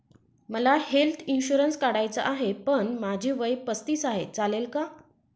मला health insurance काढायचा आहे पण माझे वय पस्तीस आहे, चालेल का?